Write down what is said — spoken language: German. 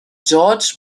georges